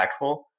impactful